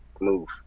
move